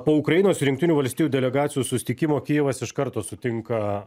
po ukrainos ir jungtinių valstijų delegacijos susitikimo kijevas iš karto sutinka